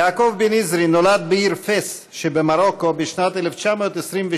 יעקב בן-יזרי נולד בעיר פס שבמרוקו בשנת 1927